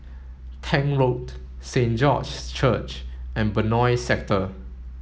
Tank Road Saint George's Church and Benoi Sector